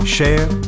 Share